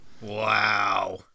wow